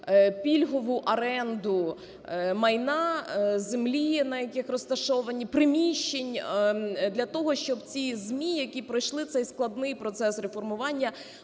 пільгову оренду майна, землі, на яких розташовані, приміщень для того, щоб ці ЗМІ, які пройшли цей складний процес реформування,